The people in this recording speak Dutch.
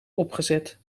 opgezet